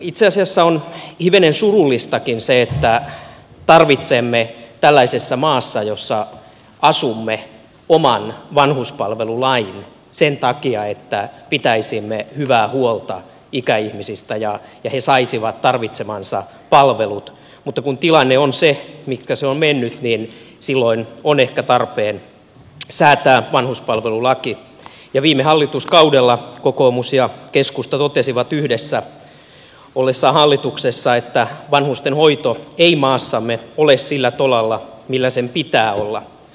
itse asiassa on hivenen surullistakin se että tarvitsemme tällaisessa maassa jossa asumme oman vanhuspalvelulain sen takia että pitäisimme hyvää huolta ikäihmisistä ja he saisivat tarvitsemansa palvelut mutta kun tilanne on se mihinkä se on mennyt niin silloin on ehkä tarpeen säätää vanhuspalvelulaki ja viime hallituskaudella kokoomus ja keskusta totesivat yhdessä ollessaan hallituksessa että vanhustenhoito ei maassamme ole sillä tolalla jolla sen pitää olla